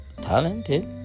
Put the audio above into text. Talented